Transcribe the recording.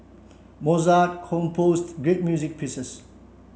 Mozart composed great music pieces